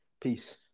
Peace